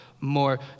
more